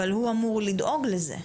אבל הוא אמור לדאוג לזה.